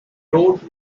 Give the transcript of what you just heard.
road